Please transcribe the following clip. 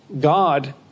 God